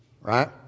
right